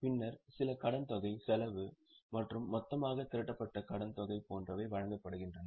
பின்னர் சில கடன்தொகை செலவு மற்றும் மொத்தமாக திரட்டப்பட்ட கடன்தொகை போன்றவை வழங்கப்படுகின்றன